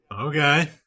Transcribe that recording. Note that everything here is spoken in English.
Okay